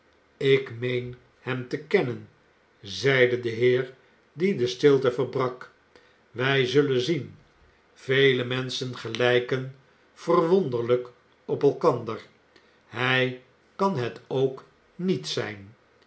ik meen hem te kennen zeide de heer die de stilte verbrak wij zullen zien vele menschen gelijken verwonderlijk op elkander hij kan het ook niet zijn